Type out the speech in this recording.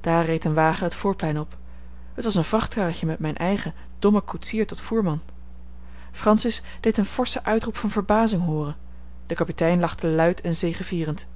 daar reed een wagen het voorplein op het was een vrachtkarretje met mijn eigen dommen koetsier tot voerman francis deed een forschen uitroep van verbazing hooren de kapitein lachte luid en zegevierend